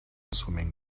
swimming